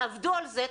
תעבדו על זה,